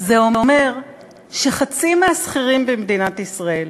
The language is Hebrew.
זה אומר שחצי מהשכירים במדינת ישראל